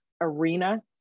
arena